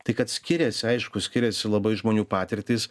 tai kad skiriasi aišku skiriasi labai žmonių patirtys